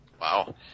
Wow